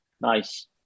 Nice